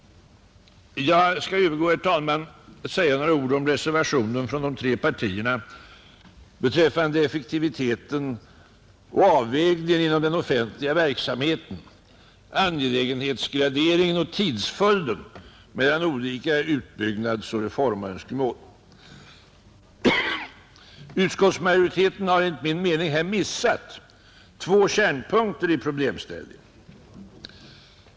Jag skall övergå, herr talman, till att säga några ord om reservationen från de tre partierna beträffande effektiviteten och avvägningarna inom den offentliga verksamheten samt angelägenhetsgraderingen och tidsföljden mellan olika utbyggnadsoch reformönskemål. Utskottsmajoriteten har enligt min mening här missat två kärnpunkter i problemställningen.